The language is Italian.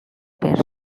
per